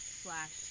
slash